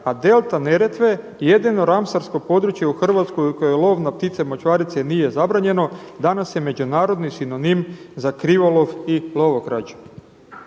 a delta Neretve jedino ramsarsko područje u Hrvatskoj u kojoj je lov na ptice močvarice nije zabranjeno danas je međunarodni sinonim za krivolov i lovokrađu.